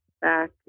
back